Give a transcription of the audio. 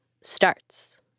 starts